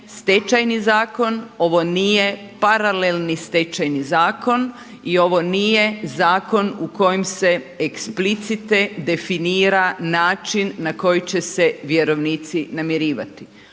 Stečajni zakon, ovo nije paralelni Stečajni zakon i ovo nije zakon u kojem se eksplicite definira način na koji će se vjerovnici namirivati.